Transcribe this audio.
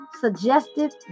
suggested